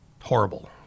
horrible